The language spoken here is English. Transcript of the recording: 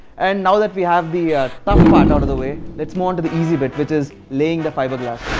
and now that we have the tough part out of the way, let's move on to the easy bit, which is laying the fiberglass!